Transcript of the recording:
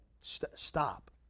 Stop